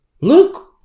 Look